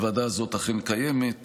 הוועדה הזאת אכן קיימת,